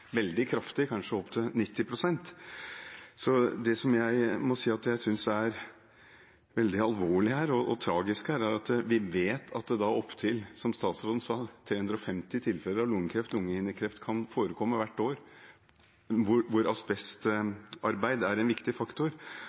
veldig kraftig, kanskje opp til 90 pst. Så det som jeg må si er veldig alvorlig og tragisk her, er at vi vet at det kan forekomme, som statsråden sa, opp til 350 tilfeller av lungekreft/lungehinnekreft hvert år hvor asbest er en viktig faktor,